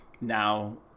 now